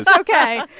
yeah ok.